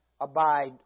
Abide